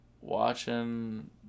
watching